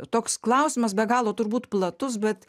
toks klausimas be galo turbūt platus bet